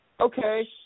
okay